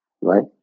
right